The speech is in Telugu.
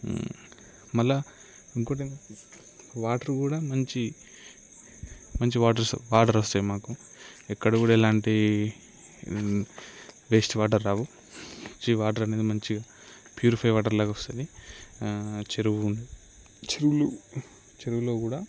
మళ్ళీ ఇంకొకటి ఏంటంటే వాటర్ కూడా మంచి మంచి వాటరొస్త వాటర్ వస్తాయి మాకు ఎక్కడ కూడా ఎలాంటి వేస్ట్ వాటర్ రావు ఈ వాటర్ అనేది మంచిగా ప్యూరిఫై వాటర్ లాగా వస్తుంది చెరువు చెరువులు చెరువులో కూడా